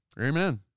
Amen